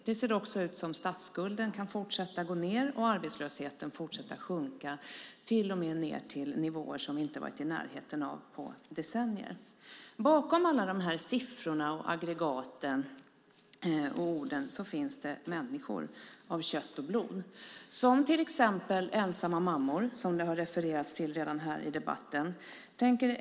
Det ser också ut som att statsskulden kan fortsätta gå ned och arbetslösheten fortsätta sjunka, till och med ned till nivåer som vi inte varit i närheten av på decennier. Bakom alla ord, siffror och aggregat finns människor av kött och blod, till exempel de ensamstående mammor som det redan refererats till i debatten.